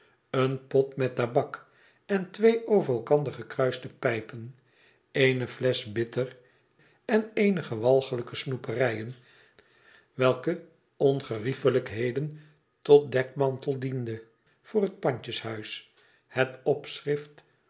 een pot met tabak en twee over elkander gekruiste pijpen eene flesch bitter en eenige walglijke snoeperijen welke ongeriefelijkheden tot dekmantel dienden voor het pandjeshuis het opschift